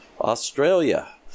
Australia